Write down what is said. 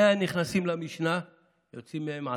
מאה נכנסים למשנה ויוצאים מהם עשרה,